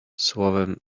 słowem